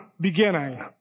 beginning